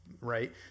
right